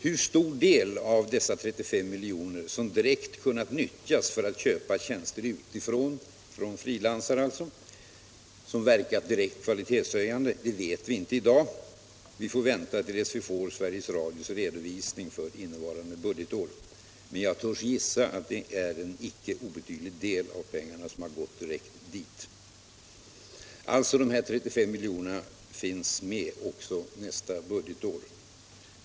Hur stor del av dessa 35 miljoner som direkt kunnat nyttjas för att köpa tjänster utifrån, alltså av frilansare, och som verkat direkt kvalitetshöjande, det vet vi inte i dag. Vi får vänta till dess vi har Sveriges Radios redovisning för innevarande budgetår. Men jag törs gissa att det var en icke obetydlig del av pengarna som gick direkt till detta ändamål. Dessa 35 miljoner finns alltså med nästa budgetår.